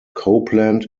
copland